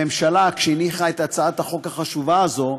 כשהממשלה הניחה את הצעת החוק החשובה הזאת,